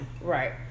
Right